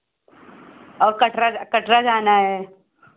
और कटरा जा कटरा जाना है